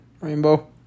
Rainbow